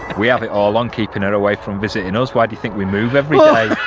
we have it all on keeping her away from visiting us. why do think we move every day